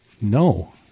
No